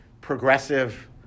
progressive